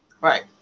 Right